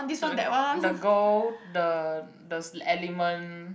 the gold the this element